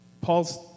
Paul's